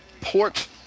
port